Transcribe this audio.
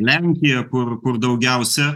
lenkija kur kur daugiausia